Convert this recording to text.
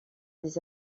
des